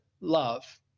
love